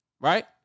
Right